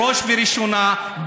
בראש ובראשונה,